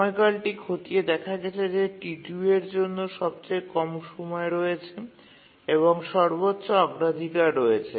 সময়কালটি খতিয়ে দেখা গেছে যে T2 এর জন্য সবচেয়ে কম সময় রয়েছে এবং সর্বোচ্চ অগ্রাধিকার রয়েছে